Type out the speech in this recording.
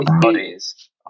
bodies